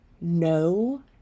no